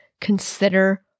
consider